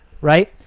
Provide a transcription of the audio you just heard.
right